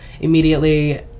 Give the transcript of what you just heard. immediately